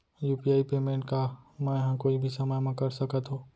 UPI payment का मैं ह कोई भी समय म कर सकत हो?